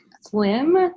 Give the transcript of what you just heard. slim